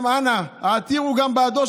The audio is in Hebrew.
אנא גם העתירו בעדו,